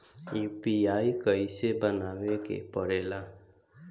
UPI कइसे बनावे के परेला?